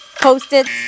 post-its